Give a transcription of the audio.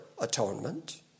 atonement